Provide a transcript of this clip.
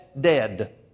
dead